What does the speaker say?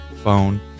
phone